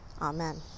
Amen